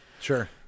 Sure